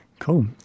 Cool